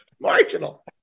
Marginal